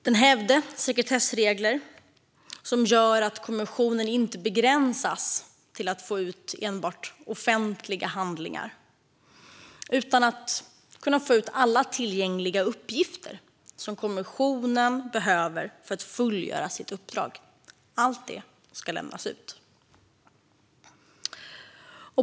Den hävde sekretessregler så att kommissionen inte ska begränsas till att enbart få ut offentliga handlingar utan ska kunna få ut alla tillgängliga uppgifter som kommissionen behöver för att fullgöra sitt uppdrag. Allt det ska lämnas ut.